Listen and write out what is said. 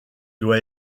doit